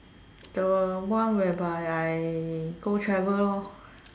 the one whereby I go travel lor